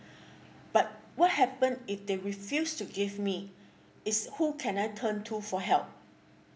but what happen if they refuse to give me it's who can I turn to for help